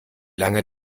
lange